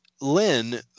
Lynn